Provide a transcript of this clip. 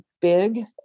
big